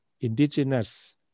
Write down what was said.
indigenous